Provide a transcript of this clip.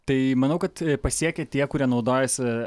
tai manau kad pasiekia tie kurie naudojasi